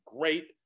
great